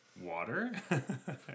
water